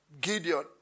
Gideon